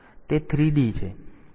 તેથી તે 3d છે